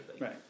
Right